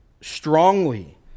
strongly